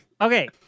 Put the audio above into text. Okay